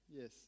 Yes